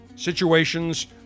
situations